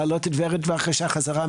דבר שני שאנו חושבים שנכון לעשות,